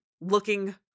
looking